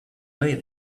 way